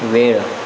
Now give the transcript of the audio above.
वेळ